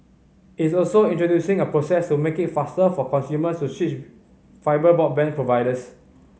it's also introducing a process to make it faster for consumers to switch fibre broadband providers